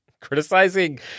criticizing